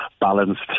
balanced